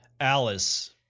Alice